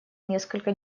несколько